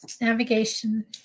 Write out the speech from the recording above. Navigation